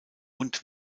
und